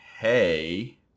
hey